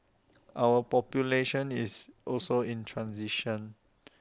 our population is also in transition